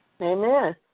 Amen